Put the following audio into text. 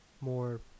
more